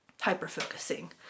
hyper-focusing